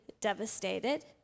devastated